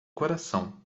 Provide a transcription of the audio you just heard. coração